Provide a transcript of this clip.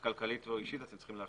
אישית או כלכלית לנבחרי